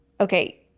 okay